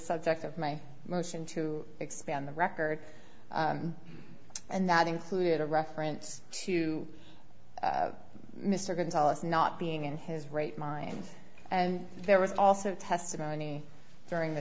subject of my motion to expand the record and that included a reference to mr gonzales not being in his right mind and there was also testimony during the